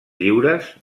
lliures